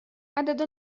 عدد